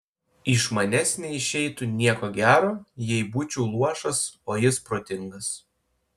iš manęs neišeitų nieko gero jei būčiau luošas o jis protingas